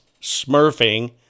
smurfing